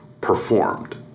performed